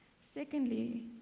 Secondly